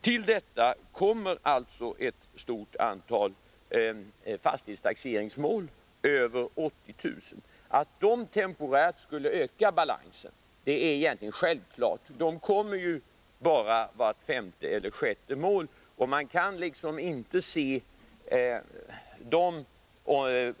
Till detta kommer alltså ett stort antal fastighetstaxeringsmål— över 80 000. Att de temporärt ökar balansen är egentligen självklart. De uppträder ju bara vart femte eller sjätte år. Man kan inte se dem